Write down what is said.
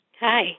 Hi